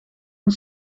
een